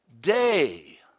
day